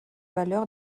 valeur